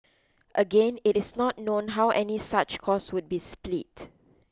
again it is not known how any such cost would be split